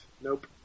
Nope